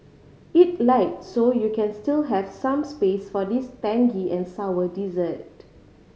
eat light so you can still have some space for this tangy and sour dessert